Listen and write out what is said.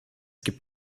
gibt